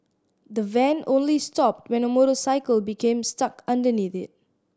the van only stopped when a motorcycle became stuck underneath it